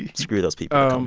screw those people um